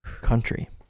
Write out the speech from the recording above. Country